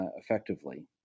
effectively